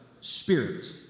Spirit